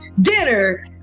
dinner